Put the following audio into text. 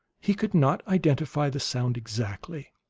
he could not identify the sound exactly.